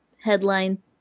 headline